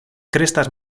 crestas